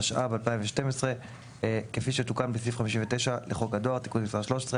התשע"ב-2012 כפי שתוקן בסעיף 59 לחוק הדואר (תיקון מס' 13),